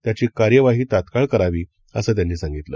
त्याचीकार्यवाहीतात्काळकरावी असंत्यांनीसांगितलं